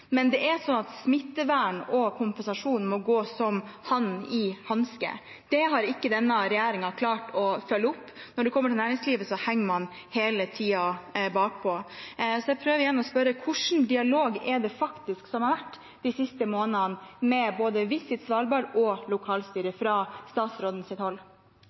hanske. Det har ikke denne regjeringen klart å følge opp. Når det kommer til næringslivet, henger man hele tiden bakpå. Så jeg spør igjen: Hvilken dialog har det faktisk vært de siste månedene med både Visit Svalbard og lokalstyret fra statsrådens hold?